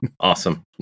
awesome